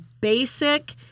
basic